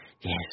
Yes